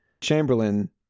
Chamberlain